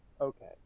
okay